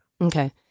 Okay